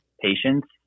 patients